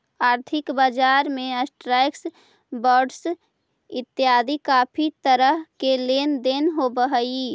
आर्थिक बजार में स्टॉक्स, बॉंडस इतियादी काफी तरह के लेन देन होव हई